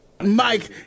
Mike